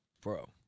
bro